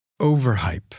Overhype